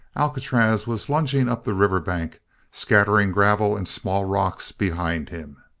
alcatraz was lunging up the river bank scattering gravel and small rocks behind him.